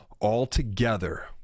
altogether